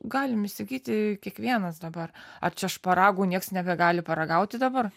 galim įsigyti kiekvienas dabar ar čia šparagų nieks nebegali paragauti dabar